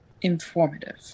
informative